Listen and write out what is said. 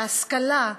להשכלה,